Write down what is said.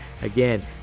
again